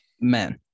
man